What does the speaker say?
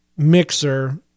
Mixer